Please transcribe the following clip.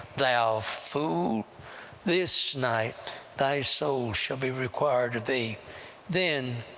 thou fool this night thy soul shall be required of thee then